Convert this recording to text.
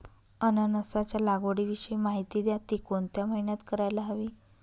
अननसाच्या लागवडीविषयी माहिती द्या, ति कोणत्या महिन्यात करायला हवी?